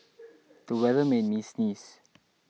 the weather made me sneeze